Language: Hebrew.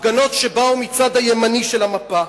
הפגנות שבאו מהצד הימני של המפה.